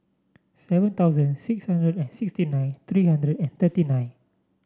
seven thousand six hundred and sixty nine three hundred and thirty nine